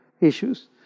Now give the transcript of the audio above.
issues